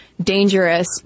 dangerous